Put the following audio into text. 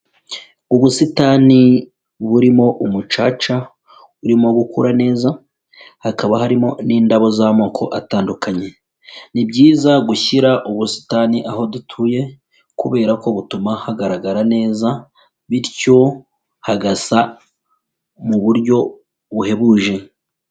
Ubusitani burimo umucaca, urimo gukura neza, hakaba harimo n'indabo z'amoko atandukanye. Ni byiza gushyira ubusitani aho dutuye, kubera ko butuma hagaragara neza, bityo hagasa mu buryo buhebuje.